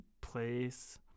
place